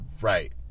right